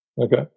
Okay